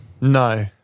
No